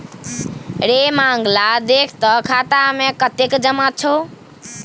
रे मंगला देख तँ खाता मे कतेक जमा छै